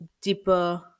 deeper